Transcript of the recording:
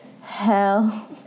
Hell